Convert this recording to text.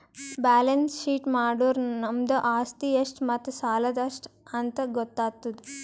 balance sheet ಮಾಡುರ್ ನಮ್ದು ಆಸ್ತಿ ಎಷ್ಟ್ ಮತ್ತ ಸಾಲ ಎಷ್ಟ್ ಅಂತ್ ಗೊತ್ತಾತುದ್